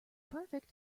perfect